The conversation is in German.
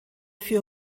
für